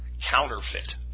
counterfeit